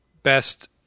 best